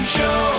Show